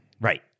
Right